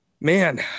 man